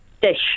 Dish